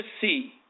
see